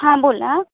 हां बोला